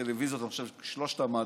שלוש המהדורות.